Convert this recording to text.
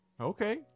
Okay